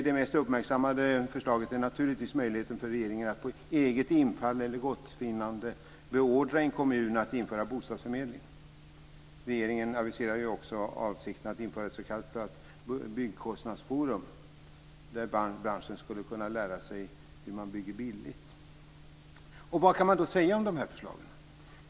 Det mest uppmärksammade förslaget gäller naturligtvis möjligheten för regeringen att på eget infall eller efter eget gottfinnande beordra en kommun att införa bostadsförmedling. Regeringen aviserar också avsikten att införa ett s.k. byggkostnadsforum, där branschen skulle kunna lära sig hur man bygger billigt. Vad kan man då säga om dessa förslag?